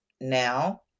now